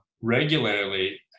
regularly